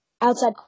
outside